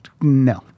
No